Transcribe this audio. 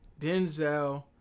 Denzel